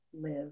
live